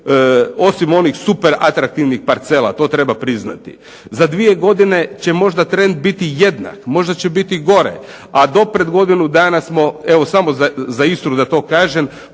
osim onih super atraktivnih parcela, to treba priznati. Za 2 godine će možda trend biti jednak, možda će biti gore. A do pred godinu dana smo, evo samo za Istru da to kažem,